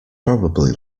probably